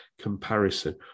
comparison